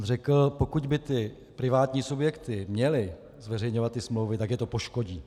On řekl: Pokud by privátní subjekty měly zveřejňovat ty smlouvy, tak je to poškodí.